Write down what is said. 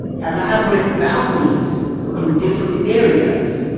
elaborate balconies in different areas